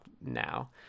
now